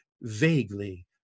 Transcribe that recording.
vaguely